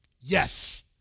yes